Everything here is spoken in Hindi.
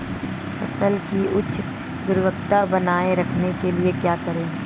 फसल की उच्च गुणवत्ता बनाए रखने के लिए क्या करें?